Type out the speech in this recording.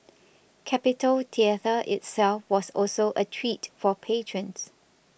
Capitol Theatre itself was also a treat for patrons